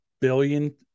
billion